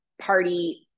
party